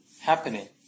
happening